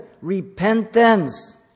repentance